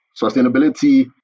Sustainability